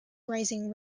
rising